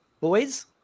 Boys